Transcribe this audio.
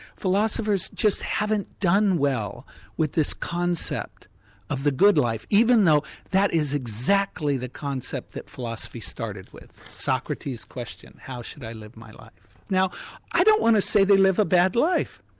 philosophers just haven't done well with this concept of the good life, even though that is exactly the concept that philosophy started with, socrates' question how should i live my life? now i don't want to say they live a bad life,